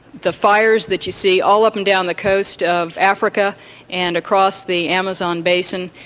the fires that you see all up and down the coast of africa and across the amazon basin.